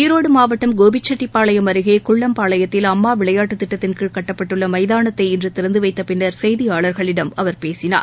ஈரோடு மாவட்டம் கோபிச்செட்டிபாளையம் அருகே குள்ளம்பாளையத்தில் அம்மா விளையாட்டுத் திட்டத்தின்கீழ கட்டப்பட்டுள்ள மைதானத்தை இன்று திறந்து வைத்த பின்னர் செய்தியாளர்களிடம் அவர் பேசினார்